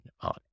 on